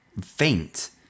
faint